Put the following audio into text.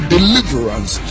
Deliverance